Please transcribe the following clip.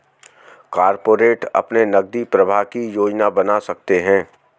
corporate अपने नकदी प्रवाह की योजना बना सकते हैं